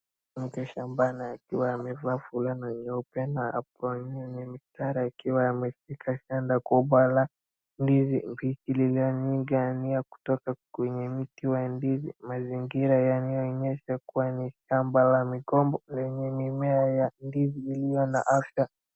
Mke shambani akiwa amevaa fulana nyeupe, na aproni yenye mistara akiwa ameshika shada kubwa la ndizi lililonying'anyia kutoka kwenye mti wa ndizi. Mazingira yanaonyesha kuwa ni shamba la migomba lenye mimea ya ndizi iliyo na afya.